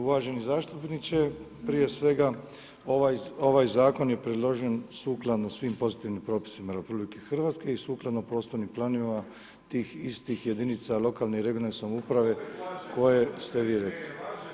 Uvaženi zaštitniče prije svega ovaj zakon je preložen sukladno svim pozitivnim propisima RH i sukladno prostornim planovima, tih istih jedinica lokalne i regionalne samouprave koje ste vi rekli.